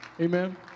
Amen